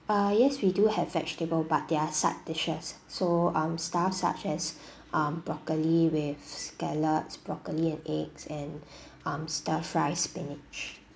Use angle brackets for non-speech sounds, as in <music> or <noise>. uh yes we do have vegetable but they're side dishes so um stuff such as <breath> um broccoli with scallops broccoli and eggs and <breath> um stir fry spinach